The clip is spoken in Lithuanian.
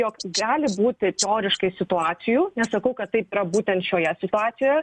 jog gali būti teoriškai situacijų nesakau kad taip yra būtent šioje situacijoje